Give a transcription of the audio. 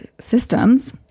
systems